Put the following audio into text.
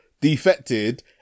defected